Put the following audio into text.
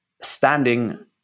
standing